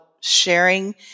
sharing